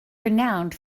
renowned